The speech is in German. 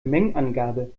mengenangabe